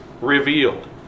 revealed